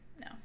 no